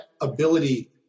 ability